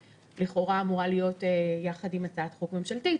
ולכאורה אמורה להיות יחד עם הצעת החוק הממשלתית.